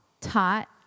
taught